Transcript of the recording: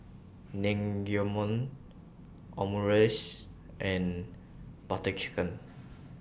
Naengmyeon Omurice and Butter Chicken